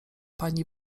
pani